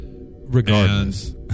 Regardless